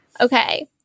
Okay